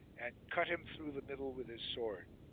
and cut him through the middle with his sword.